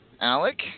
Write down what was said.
Alec